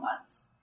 months